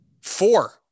four